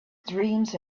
dreams